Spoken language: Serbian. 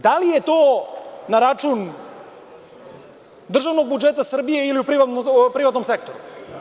Da li je to na račun državnog budžeta Srbije ili u privatnom sektoru?